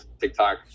TikTok